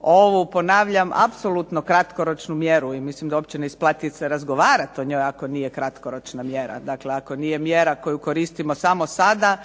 ovo ponavljam, apsolutno kratkoročnu mjeru i mislim da se uopće ne isplati o njoj razgovarati ako nije kratkoročna mjera, dakle ako nije mjera koju koristimo samo sada